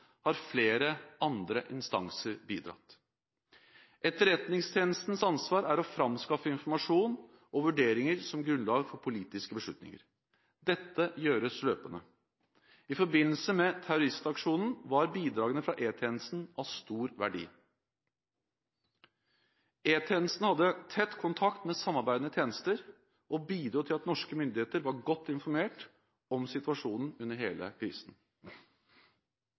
har flere andre instanser bidratt. Etterretningstjenestens ansvar er å framskaffe informasjon og vurderinger som grunnlag for politiske beslutninger. Dette gjøres løpende. I forbindelse med terroristaksjonen var bidragene fra E-tjenesten av stor verdi. E-tjenesten hadde tett kontakt med samarbeidende tjenester, og bidro til at norske myndigheter var godt informert om situasjonen under hele